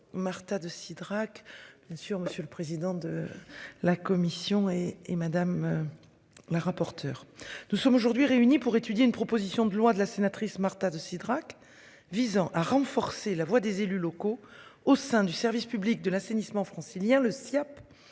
Cidrac. Sûr, monsieur le président de la commission et madame. La rapporteure. Nous sommes aujourd'hui réunis pour étudier une proposition de loi de la sénatrice Marta de Cidrac visant à renforcer la voix des élus locaux au sein du service public de l'assainissement francilien le Siaap.